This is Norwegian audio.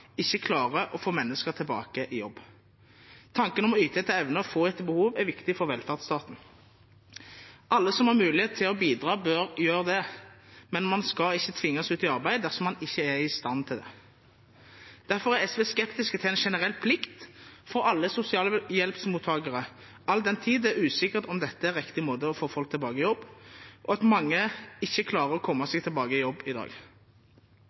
ikke klarer å få mennesker tilbake i jobb. Tanken om å yte etter evne og få etter behov er viktig for velferdsstaten. Alle som har mulighet til å bidra, bør gjøre det, men man skal ikke tvinges ut i arbeid dersom man ikke er i stand til det. Derfor er SV skeptisk til en generell plikt for alle sosialhjelpsmottakere, all den tid det er usikkert om dette er riktig måte å få folk tilbake i jobb på og mange ikke klarer å komme seg tilbake i jobb i dag.